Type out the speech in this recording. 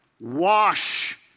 Wash